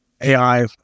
AI